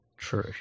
True